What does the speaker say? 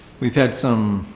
we've had some,